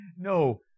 No